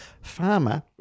farmer